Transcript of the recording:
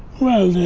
well,